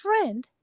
friend